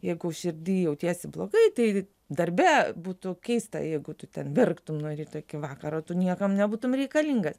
jeigu širdy jautiesi blogai tai darbe būtų keista jeigu tu ten verktum nuo ryto iki vakaro tu niekam nebūtum reikalingas